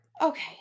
Okay